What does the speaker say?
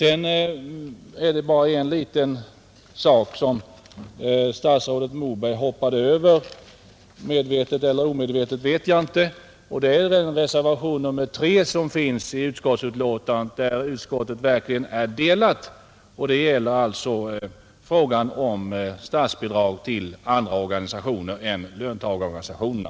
En liten sak hoppade statsrådet Moberg över — medvetet eller omedvetet vet jag inte — och det är reservationen 3 vid utbildningsutskottets betänkande nr 13. På den punkten är utskottet verkligen delat — det gäller statsbidrag till andra organisationer än löntagarorganisationerna.